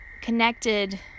connected